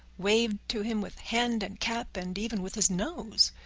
waved to him with hand and cap and even with his nose.